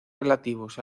relativos